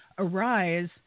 Arise